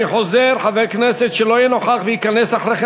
אני חוזר: חבר כנסת שלא יהיה נוכח וייכנס אחרי כן,